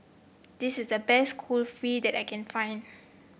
this is the best Kulfi that I can find